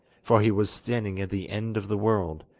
for he was standing at the end of the world,